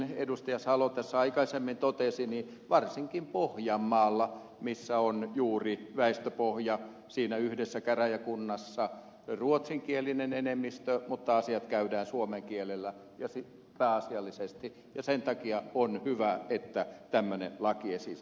salo tässä aikaisemmin totesi niin varsinkin pohjanmaalla on juuri siinä yhdessä käräjäkunnassa ruotsinkielinen enemmistö mutta asiat käydään suomen kielellä pääasiallisesti ja sen takia on hyvä että tämmöinen lakiesitys tulee